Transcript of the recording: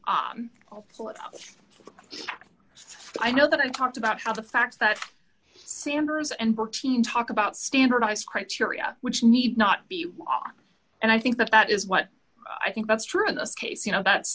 is i know that i talked about how the fact that sanders and burkean talk about standardized criteria which need not be on and i think that is what i think that's true in this case you know that's